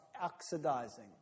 oxidizing